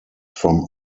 from